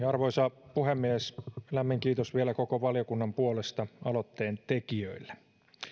arvoisa puhemies lämmin kiitos vielä koko valiokunnan puolesta aloitteen tekijöille